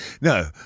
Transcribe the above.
No